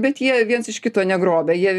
bet jie viens iš kito negrobia jie